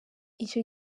icyo